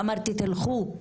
ואמרתי תלכו,